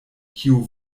kiu